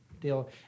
deal